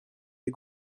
des